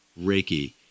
Reiki